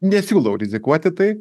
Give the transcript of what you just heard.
nesiūlau rizikuoti tai